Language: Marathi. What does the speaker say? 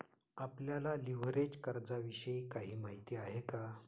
आपल्याला लिव्हरेज कर्जाविषयी काही माहिती आहे का?